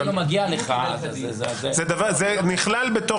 אם לא מגיע לך --- זה נכלל בתוך